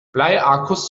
bleiakkus